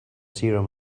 serum